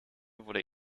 wurde